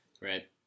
Right